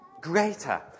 greater